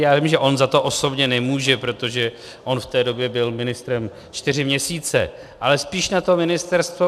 Já vím, že on za to osobně nemůže, protože on v té době byl ministrem čtyři měsíce, ale spíš na to ministerstvo.